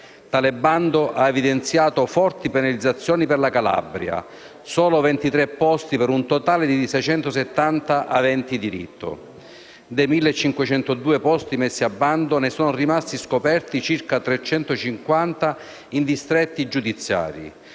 Tale bando ha evidenziato forti penalizzazione per la Calabria, con la previsione di soli 23 posti, per un totale di 670 aventi diritto. Dei 1.502 posti messi a bando, ne sono rimasti scoperti circa 350 in vari distretti giudiziari.